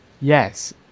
Yes